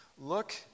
Look